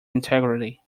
integrity